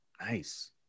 Nice